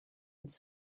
his